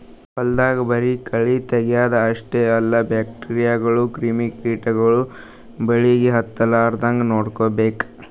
ಹೊಲ್ದಾಗ ಬರಿ ಕಳಿ ತಗ್ಯಾದ್ ಅಷ್ಟೇ ಅಲ್ಲ ಬ್ಯಾಕ್ಟೀರಿಯಾಗೋಳು ಕ್ರಿಮಿ ಕಿಟಗೊಳು ಬೆಳಿಗ್ ಹತ್ತಲಾರದಂಗ್ ನೋಡ್ಕೋಬೇಕ್